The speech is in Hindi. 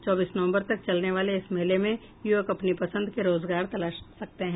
चौबीस नवम्बर तक चलने वाले इस मेले में युवक अपनी पसंद के रोजगार तलाश सकते हैं